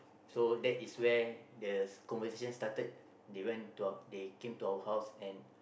so that is where the conversation started they went to our they came to our house and